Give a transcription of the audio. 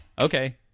okay